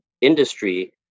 industry